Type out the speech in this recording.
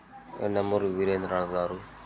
యండమూరి వీరేంద్రనాథ్ గారు